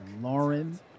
Lauren